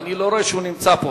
ואני לא רואה שהוא נמצא פה.